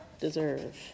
deserve